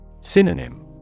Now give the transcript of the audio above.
Synonym